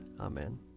Amen